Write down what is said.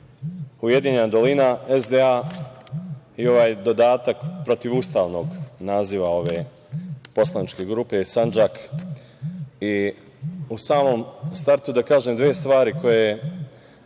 Ujedinjena dolina SDA, i ovaj dodatak protivustavnog naziva ove poslaničke grupe, Sandžak.U samom startu da kažem dve stvari koje